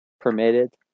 permitted